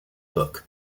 book